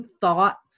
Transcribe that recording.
thought